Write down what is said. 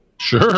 Sure